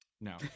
No